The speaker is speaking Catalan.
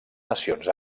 nacions